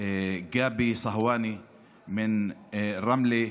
גבי צהואני מרמלה,